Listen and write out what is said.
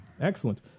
Excellent